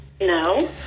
No